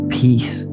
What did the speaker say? peace